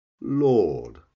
lord